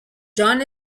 john